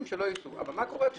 אבל מה קורה עם